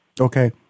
okay